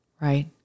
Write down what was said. right